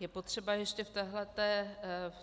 Je potřeba ještě v